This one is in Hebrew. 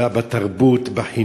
בתרבות, בחינוך,